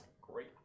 Great